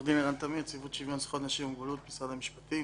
אני עורך דין מנציבות שוויון זכויות לאנשים עם מוגבלויות במשרד המשפטים.